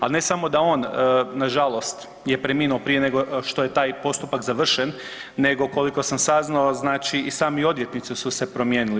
Ali ne samo da on na žalost je preminuo prije nego što je taj postupak završen, nego koliko sam saznao znači i sami odvjetnici su se promijenili.